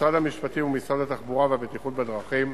משרד המשפטים ומשרד התחבורה והבטיחות בדרכים,